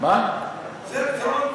זה הפתרון?